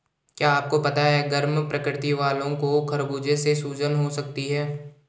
क्या आपको पता है गर्म प्रकृति वालो को खरबूजे से सूजन हो सकती है?